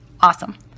Awesome